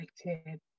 affected